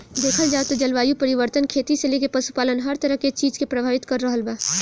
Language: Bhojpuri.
देखल जाव त जलवायु परिवर्तन खेती से लेके पशुपालन हर तरह के चीज के प्रभावित कर रहल बा